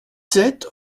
sept